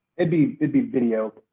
it'd be, it'd be video,